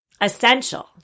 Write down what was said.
essential